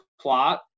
plot